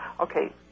Okay